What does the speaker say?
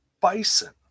bison